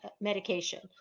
medication